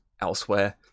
elsewhere